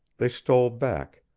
they stole back,